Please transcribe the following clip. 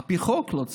על פי חוק הוא לא צריך,